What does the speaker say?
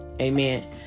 amen